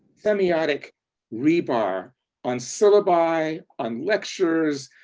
semiotic rebar on syllabi, on lectures,